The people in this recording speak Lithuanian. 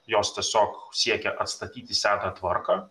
jos tiesiog siekė atstatyti seną tvarką